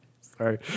sorry